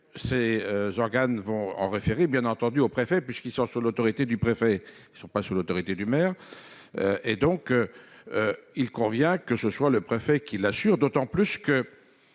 ces organes vont en référer, bien entendu, au préfet, puisqu'ils sont sous l'autorité du préfet ne sont pas sous l'autorité du maire et donc il convient que ce soit le préfet qui l'assure d'autant plus que